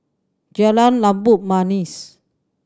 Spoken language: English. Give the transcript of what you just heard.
Jalan Labu Manis